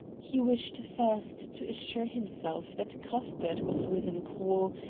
he wished first to assure himself that cuthbert was within call,